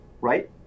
Right